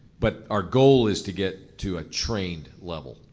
but our goal is to get to a trained level.